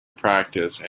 practice